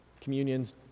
Communion's